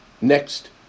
next